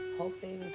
hoping